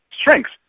strengths